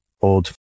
old